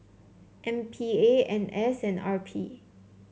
M P A N S and R P